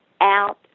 out